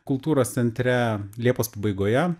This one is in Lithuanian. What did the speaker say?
kultūros centre liepos pabaigoje